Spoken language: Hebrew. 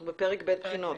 אנחנו בפרק ב': בחינות.